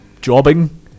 jobbing